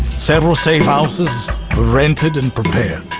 several safe houses were rented and prepared.